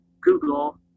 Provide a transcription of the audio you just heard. Google